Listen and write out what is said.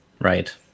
Right